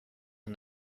and